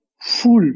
full